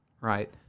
Right